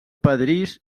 pedrís